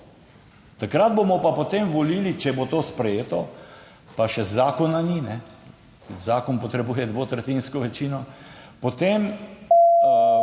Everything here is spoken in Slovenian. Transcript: Takrat bomo pa potem volili, če bo to sprejeto, pa še zakona ni, zakon potrebuje dvotretjinsko večino, potem